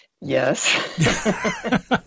Yes